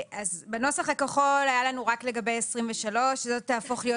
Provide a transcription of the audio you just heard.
בנוסח הכחול היה לנו רק לגבי 2023. זאת תהפוך להיות